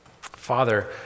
Father